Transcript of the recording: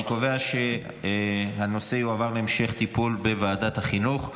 אני קובע שהנושא יועבר להמשך טיפול בוועדת החינוך.